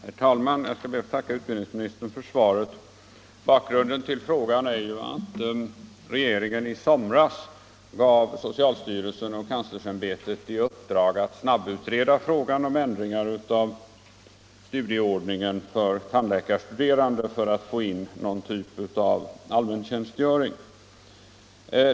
Herr talman! Jag ber att få tacka utbildningsministern för svaret. Bakgrunden till min fråga är att regeringen i somras gav socialstyrelsen och universitetskanslersämbetet i uppdrag att snabbutreda frågan om ändringar i studieordningen för tandläkarstuderande i syfte att få in någon typ av allmäntjänstgöring.